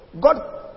God